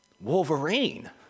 wolverine